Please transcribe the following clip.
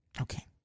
Okay